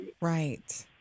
Right